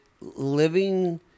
Living